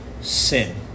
Sin